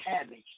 cabbage